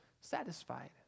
satisfied